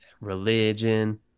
religion